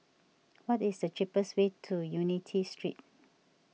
what is the cheapest way to Unity Street